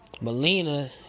Melina